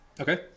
Okay